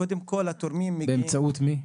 באמצעות מי?